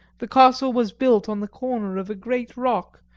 the castle was built on the corner of a great rock,